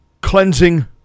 cleansing